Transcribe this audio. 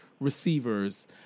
receivers